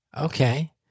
okay